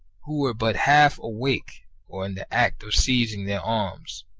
who were but half awake or in the act of seizing their arms.